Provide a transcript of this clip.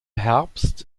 herbst